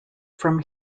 from